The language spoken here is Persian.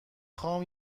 خوام